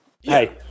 hey